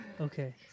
Okay